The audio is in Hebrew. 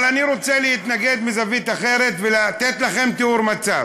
אבל אני רוצה להתנגד מזווית אחרת ולתת לכם תיאור מצב.